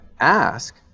ask